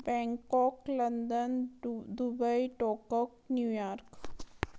Bangkok London दु Dubai टॉकोक New York